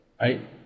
right